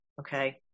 Okay